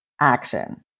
action